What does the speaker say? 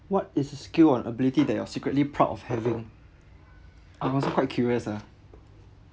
what is a skill or an ability that you're secretly proud of having I'm also quite curious ah